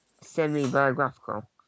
semi-biographical